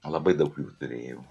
labai daug jų turėjau